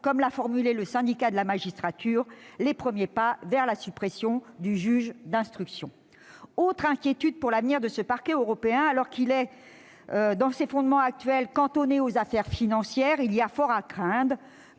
comme l'a formulé le Syndicat de la magistrature, les « premiers pas vers la suppression du juge d'instruction ». Autre inquiétude pour l'avenir de ce Parquet européen : alors qu'il est, dans ses fondements actuels, cantonné aux affaires financières, il y a fort à craindre